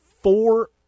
four